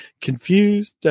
confused